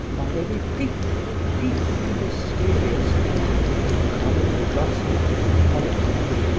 while they repeat with a deeply mysterious air the common gossip of politics,